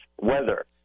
weather